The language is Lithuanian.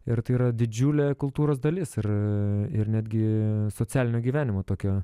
ir tai yra didžiulė kultūros dalis ir ir netgi socialinio gyvenimo tokia